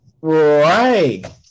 Right